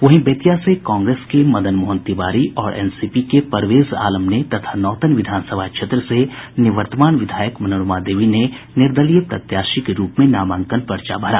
वहीं बेतिया से कांग्रेस के मदन मोहन तिवारी और एनसीपी के परवेज आलम ने तथा नौतन विधानसभा क्षेत्र से निवर्तमान विधायक मनोरमा देवी ने निर्दलीय प्रत्याशी के रूप में नामांकन पर्चा भरा